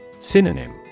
Synonym